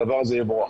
הדבר הזה יבורך.